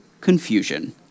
confusion